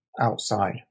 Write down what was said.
outside